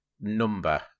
number